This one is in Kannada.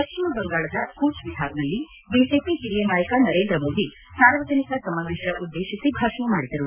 ಪಶ್ಚಿಮ ಬಂಗಾಳದ ಕೂಚ್ ಬಿಹಾರ್ನಲ್ಲಿ ಬಿಜೆಪಿ ಹಿರಿಯ ನಾಯಕ ನರೇಂದ್ರ ಮೋದಿ ಸಾರ್ವಜನಿಕ ಸಮಾವೇಶ ಉದ್ದೇಶಿಸಿ ಭಾಷಣ ಮಾಡಿದರು